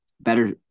better